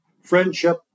Friendship